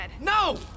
No